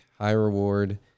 high-reward